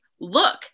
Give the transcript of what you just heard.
look